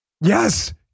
yes